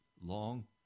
long